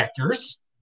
vectors